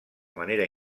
manera